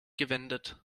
gewendet